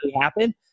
happen